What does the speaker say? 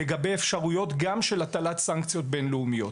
לגבי אפשרויות גם של הטלת סנקציות בין-לאומיות.